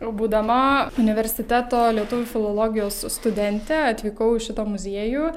būdama universiteto lietuvių filologijos studente atvykau į šitą muziejų